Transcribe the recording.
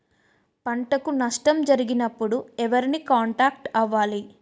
పంటకు నష్టం జరిగినప్పుడు ఎవరిని కాంటాక్ట్ అవ్వాలి?